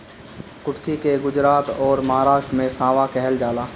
कुटकी के गुजरात अउरी महाराष्ट्र में सांवा कहल जाला